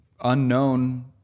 unknown